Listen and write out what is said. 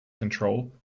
control